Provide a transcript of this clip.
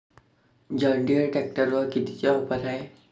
John Deere ट्रॅक्टरवर कितीची offer हाये?